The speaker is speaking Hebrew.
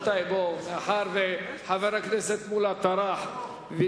בכל מקרה, מאחר שחבר הכנסת מולה טרח,